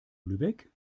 lübeck